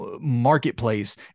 marketplace